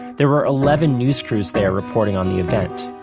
there were eleven news crews there reporting on the event.